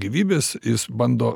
gyvybės jis bando